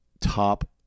top